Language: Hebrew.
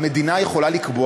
המדינה יכולה לקבוע.